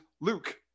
luke